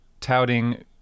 touting